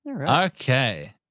Okay